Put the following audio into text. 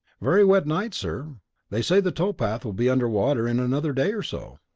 very wet night, sir they say the towpath will be under water in another day or so.